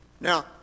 Now